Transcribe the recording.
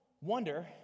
wonder